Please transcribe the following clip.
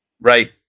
right